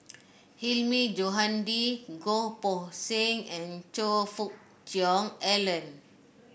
Hilmi Johandi Goh Poh Seng and Choe Fook Cheong Alan